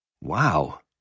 Wow